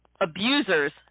abusers